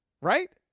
right